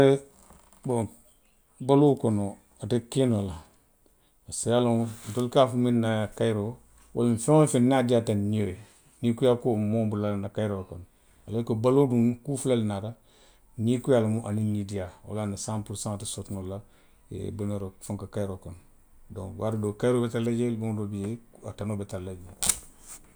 Eh boŋ baluo kono, ate kee noo la, parisiko i ye a loŋ ntelu ka a fo miŋ na kayiroo wo feŋ woo feŋ niŋ a diiyaata nio ye, nii kuyaa kuo maŋ wo bula nna kayiroo to. Alooriko baluo niŋ kuu fula naata: nii kuyaa lemu aniŋ nii diiyaa wolaŋ na saŋ puru saŋo te soto noo la fanka kayiroo kono. Donku waati doo katiroo be tara jee, tumoo doo bi jee a tanoo be tara la je ň ŋ